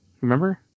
Remember